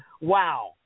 Wow